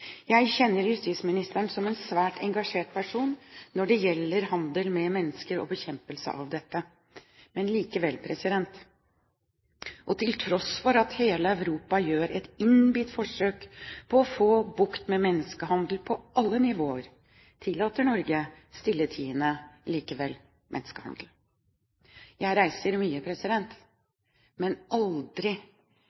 Jeg kjenner justisministeren som en svært engasjert person når det gjelder handel med mennesker og bekjempelse av dette. Men likevel: Til tross for at hele Europa gjør et innbitt forsøk på å få bukt med menneskehandel på alle nivåer, tillater Norge stilltiende likevel menneskehandel. Jeg reiser mye.